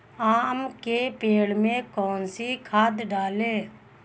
आम के पेड़ में कौन सी खाद डालें?